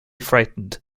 frightened